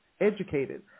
educated